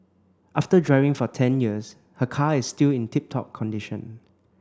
after driving for ten years her car is still in tip top condition